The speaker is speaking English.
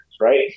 Right